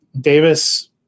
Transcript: Davis